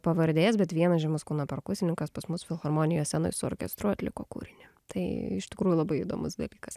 pavardės bet vienas žymus kūno perkusininkas pas mus filharmonijos scenoj su orkestru atliko kūrinį tai iš tikrųjų labai įdomus dalykas